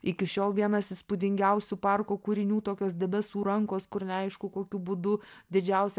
iki šiol vienas įspūdingiausių parko kūrinių tokios debesų rankos kur neaišku kokiu būdu didžiausi